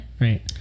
Right